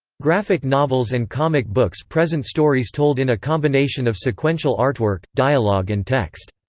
graphic novels and comic books present stories told in a combination of sequential artwork, dialogue and text.